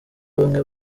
bamwe